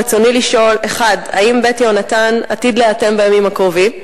רצוני לשאול: 1. האם "בית יהונתן" עתיד להיאטם בימים הקרובים?